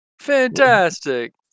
Fantastic